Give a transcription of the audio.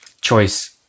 Choice